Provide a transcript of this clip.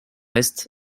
est